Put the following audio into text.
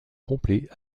complet